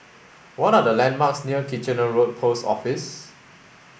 what are the landmarks near Kitchener Road Post Office